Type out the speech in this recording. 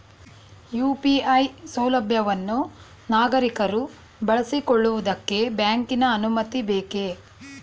UPI ಸೌಲಭ್ಯವನ್ನು ನಾಗರಿಕರು ಬಳಸಿಕೊಳ್ಳುವುದಕ್ಕೆ ಬ್ಯಾಂಕಿನ ಅನುಮತಿ ಬೇಕೇ?